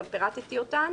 גם פירטתי אותן